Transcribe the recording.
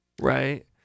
right